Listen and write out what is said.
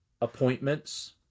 appointments